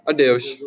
Adeus